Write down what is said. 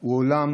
הוא עולם